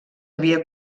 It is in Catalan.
havia